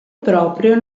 proprio